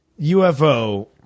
UFO